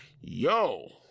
yo